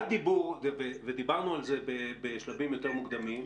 דיברנו על זה בשלבים יותר מוקדמים,